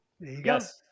yes